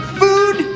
food